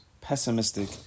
pessimistic